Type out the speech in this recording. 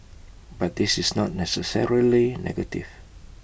but this is not necessarily negative